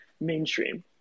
mainstream